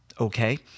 Okay